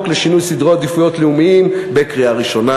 לשינוי סדרי עדיפויות לאומיים בקריאה ראשונה.